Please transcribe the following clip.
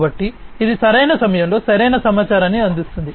కాబట్టి ఇది సరైన సమయంలో సరైన సమాచారాన్ని అందిస్తుంది